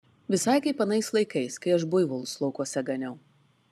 visai kaip anais laikais kai aš buivolus laukuose ganiau